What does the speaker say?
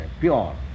pure